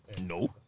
No